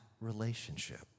relationship